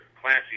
classy